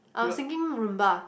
I was thinking Rumba